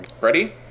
Ready